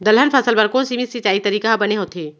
दलहन फसल बर कोन सीमित सिंचाई तरीका ह बने होथे?